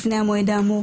לפני המועד האמור,